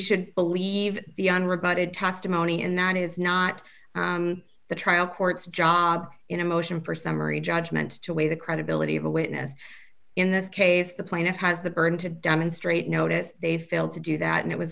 should believe the unrebutted testimony and that is not the trial court's job in a motion for summary judgment to weigh the credibility of a witness in this case the plaintiff has the burden to demonstrate notice they failed to do that and it was